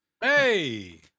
Hey